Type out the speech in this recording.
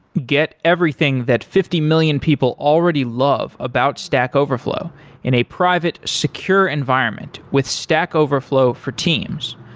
get everything that fifty million people already love about stack overflow in a private secure environment with stack overflow for teams.